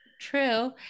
true